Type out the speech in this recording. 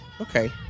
Okay